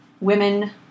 women